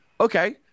Okay